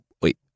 wait